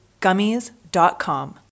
gummies.com